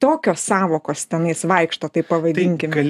tokios sąvokos ten jis vaikšto taip pavadinkim